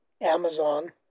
Amazon